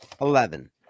eleven